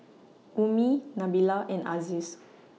Ummi Nabila and Aziz